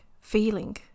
feeling